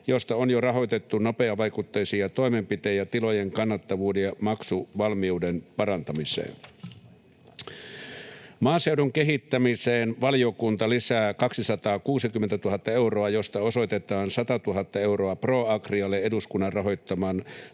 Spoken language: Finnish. josta on jo rahoitettu nopeavaikutteisia toimenpiteitä tilojen kannattavuuden ja maksuvalmiuden parantamiseen. Maaseudun kehittämiseen valiokunta lisää 260 000 euroa, josta osoitetaan 100 000 euroa ProAgrialle eduskunnan rahoittaman